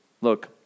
Look